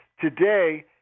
Today